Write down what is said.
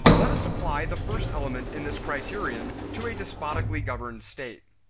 let us apply the first element in this criterion to a despotically governed state.